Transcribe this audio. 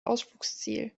ausflugsziel